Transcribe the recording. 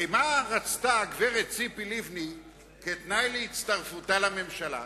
הרי מה רצתה גברת ציפי לבני כתנאי להצטרפותה לממשלה?